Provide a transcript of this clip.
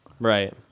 Right